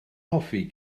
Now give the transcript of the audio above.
hoffi